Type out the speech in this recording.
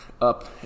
up